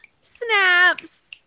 Snaps